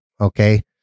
okay